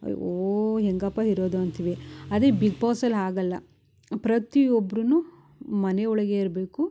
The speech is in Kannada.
ಅಯೋ ಹೆಂಗಪ್ಪ ಇರೋದು ಅಂತೀವಿ ಅದೇ ಬಿಗ್ ಬಾಸಲ್ಲಿ ಹಾಗಲ್ಲ ಪ್ರತಿ ಒಬ್ಬರೂನು ಮನೆಯೊಳಗೆ ಇರಬೇಕು